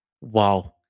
Wow